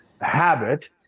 habit